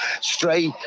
straight